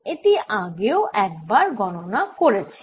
এটি আমরা আগেও একবার গণনা করেছি